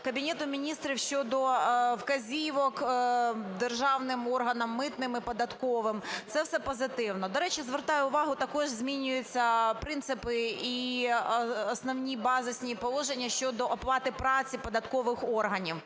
Кабінету Міністрів щодо вказівок державним органам – митним і податковим. Це все позитивно. До речі, звертаю увагу, також змінюються принципи і основні базисні положення щодо оплати праці податкових органів.